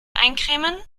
eincremen